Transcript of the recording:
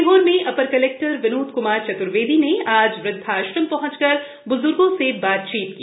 सीहोर में upper collector Vinod Kumar Chaturvedi ने आज वृद्धा आश्रम पहंचकर ब्ज्गों से बातचीत की